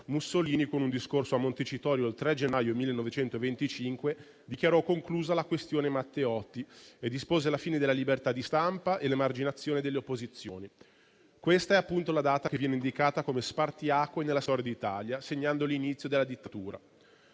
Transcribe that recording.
Mussolini, con un discorso a Montecitorio il 3 gennaio 1925, dichiarò conclusa la questione Matteotti e dispose la fine della libertà di stampa e l'emarginazione delle opposizioni. Questa è la data che viene indicata come spartiacque nella storia d'Italia, segnando l'inizio della dittatura.